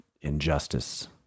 injustice